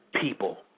people